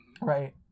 right